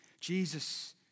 Jesus